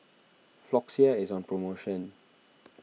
Floxia is on promotion